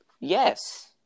Yes